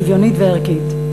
שוויונית וערכית.